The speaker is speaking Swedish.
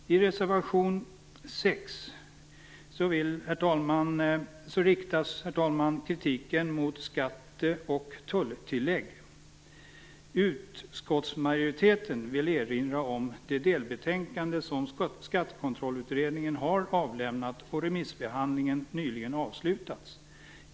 Herr talman! I reservation 6 riktas kritik mot skatte och tulltilläggen. Utskottsmajoriteten vill erinra om det delbetänkande som Skattekontrollutredningen har avlämnat och vars remissbehandling nyligen har avslutats.